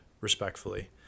respectfully